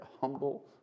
humble